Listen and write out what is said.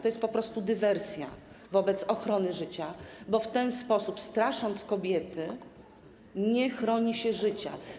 To jest po prostu dywersja wobec ochrony życia, bo w ten sposób strasząc kobiety, nie chroni się życia.